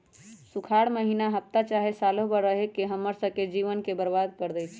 सुखार माहिन्ना हफ्ता चाहे सालों भर रहके हम्मर स के जीवन के बर्बाद कर देई छई